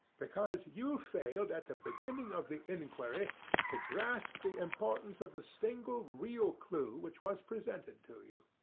because you failed at the beginning of the inquiry to grasp the importance of the single real clue which was presented to you.